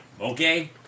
Okay